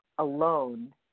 Alone